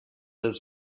his